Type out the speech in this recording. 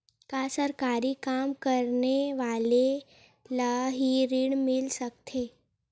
का सरकारी काम करने वाले ल हि ऋण मिल सकथे?